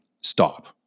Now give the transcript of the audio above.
stop